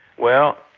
well,